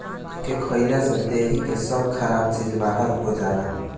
एके खइला से देहि के सब खराब चीज बहार हो जाला